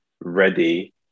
ready